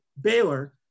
Baylor